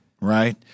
right